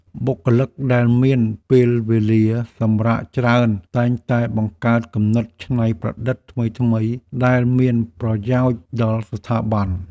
បុគ្គលិកដែលមានពេលវេលាសម្រាកច្រើន តែងតែបង្កើតគំនិតច្នៃប្រឌិតថ្មីៗដែលមានប្រយោជន៍ដល់ស្ថាប័ន។